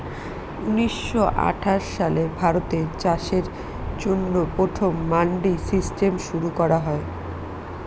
উনিশশো আঠাশ সালে ভারতে চাষের জন্য প্রথম মান্ডি সিস্টেম শুরু করা হয়